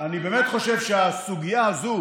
אני באמת חושב שהסוגיה הזאת